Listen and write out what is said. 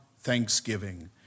thanksgiving